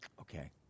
Okay